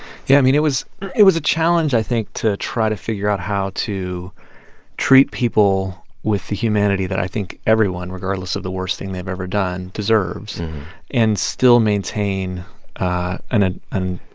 yeah. i mean, it was it was a challenge, i think, to try to figure out how to treat people with the humanity that i think everyone regardless of the worst thing they've ever done deserves and still maintain and ah and